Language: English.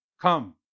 come